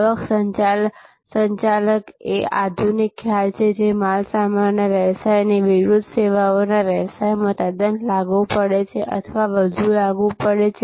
આવક સંચાલક એ એક આધુનિક ખ્યાલ છે જે માલસામાનના વ્યવસાયની વિરુદ્ધ સેવાઓના વ્યવસાયમાં તદ્દન લાગુ પડે છે અથવા વધુ લાગુ પડે છે